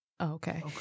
Okay